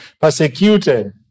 persecuted